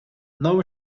não